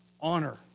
honor